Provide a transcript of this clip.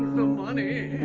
the money